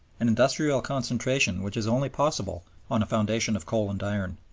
an industrial concentration which is only possible on a foundation of coal and iron.